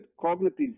cognitive